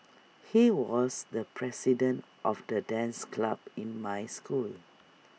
he was the president of the dance club in my school